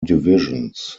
divisions